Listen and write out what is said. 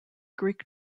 greek